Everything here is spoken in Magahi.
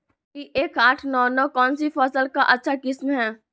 पी एक आठ नौ नौ कौन सी फसल का अच्छा किस्म हैं?